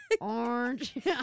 orange